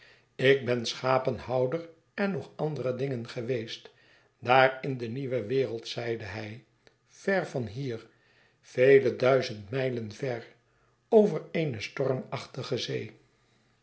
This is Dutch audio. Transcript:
ik ben schapenhouder en nog andere dingen geweest daar in de nieuwe wereld zeide hij ver van hier vele duizend mijlenver over eene stormachtige zee